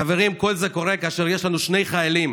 חברים, כל זה קורה כאשר יש לנו שני חיילים